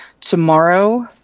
tomorrow